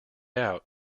out